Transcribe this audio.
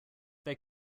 they